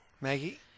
Maggie